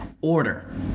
order